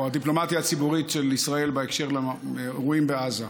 או הדיפלומטיה הציבורית של ישראל בהקשר לאירועים בעזה.